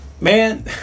man